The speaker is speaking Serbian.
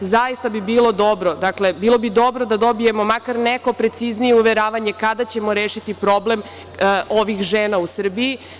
Zaista bi bilo dobro, dakle, bilo bi dobro da makar dobijemo neko preciznije uveravanje kada ćemo rešiti problem ovih žena u Srbiji.